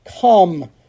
Come